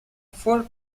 four